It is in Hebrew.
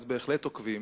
אז בהחלט עוקבים,